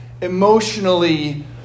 emotionally